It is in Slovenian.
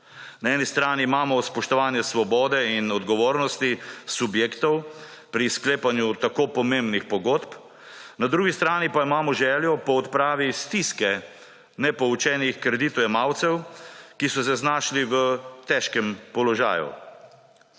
Na eni strani imamo spoštovanje svobode in odgovornosti subjektov pri sklepanju tako pomembni pogodb, na drugi strani pa imamo željo po odpravi stiske nepoučenih kreditojemalcev, ki so se znašli v težkem položaju.